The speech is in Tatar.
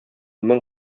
мең